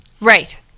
Right